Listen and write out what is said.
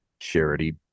charity